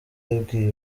yabwiye